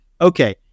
Okay